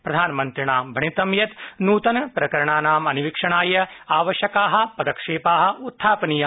प्रधानमन्त्रिणा भणितं यत् नूतन प्रकरणानां अन्वीषणाय आवश्यका पदक्षेपा उत्थापनीया